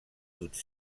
toute